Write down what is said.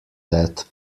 that